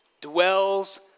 dwells